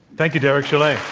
thank you, derek chollet.